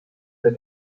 der